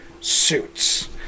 suits